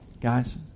Guys